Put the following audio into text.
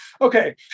Okay